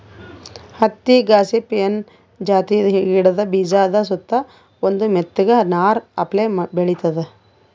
ಹತ್ತಿ ಗಾಸಿಪಿಯನ್ ಜಾತಿದ್ ಗಿಡದ ಬೀಜಾದ ಸುತ್ತಾ ಒಂದ್ ಮೆತ್ತಗ್ ನಾರ್ ಅಪ್ಲೆ ಬೆಳಿತದ್